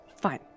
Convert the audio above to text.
Fine